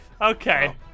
Okay